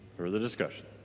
further discussion?